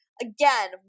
again